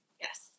Yes